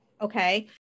Okay